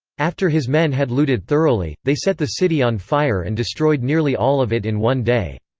after his men had looted thoroughly, they set the city on fire and destroyed nearly all of it in one day.